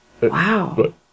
Wow